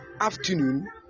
afternoon